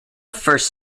first